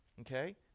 okay